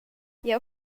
jeu